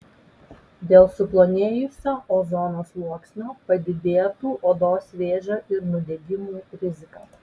dėl suplonėjusio ozono sluoksnio padidėtų odos vėžio ir nudegimų rizika